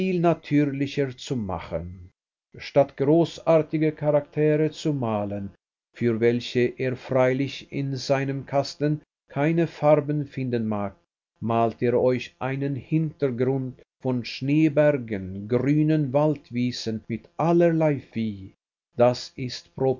natürlicher zu machen statt großartige charaktere zu malen für welche er freilich in seinem kasten keine farben finden mag malt er euch einen hintergrund von schneebergen grünen waldwiesen mit allerlei vieh das ist